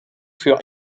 für